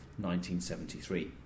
1973